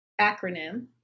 acronym